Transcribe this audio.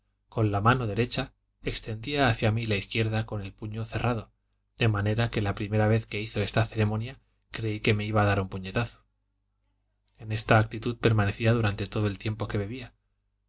con la mano derecha extendía hacia mí la izquierda con el puño cerrado de manera que la primera vez que hizo esta ceremonia creí que me iba a dar un puñetazo en esta actitud permanecía durante todo el tiempo que bebía